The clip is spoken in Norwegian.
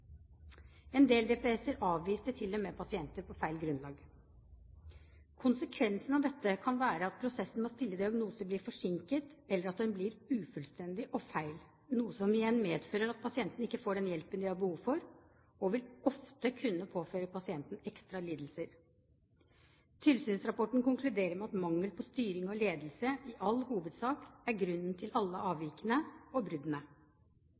En del DPS-er avviste til og med pasienter på feil grunnlag. Konsekvensen av dette kan være at prosessen med å stille diagnose blir forsinket, eller at den blir ufullstendig og feil, noe som igjen medfører at pasienten ikke får den hjelpen han har behov for. Det vil ofte kunne påføre pasienten ekstra lidelser. Tilsynsrapporten konkluderer med at mangel på styring og ledelse i all hovedsak er grunnen til alle avvikene og